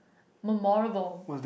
memorable